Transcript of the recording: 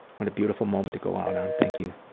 what a beautiful moment to go out on. thank you.